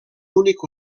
únic